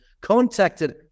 contacted